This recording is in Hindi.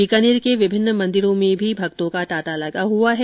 बीकानेर के विभिन्न मंदिरों में भी शिव भक्तों का तांता लगा हुआ है